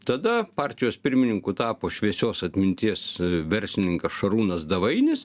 tada partijos pirmininku tapo šviesios atminties verslininkas šarūnas davainis